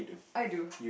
I do